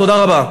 תודה רבה.